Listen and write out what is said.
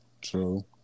True